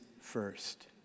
first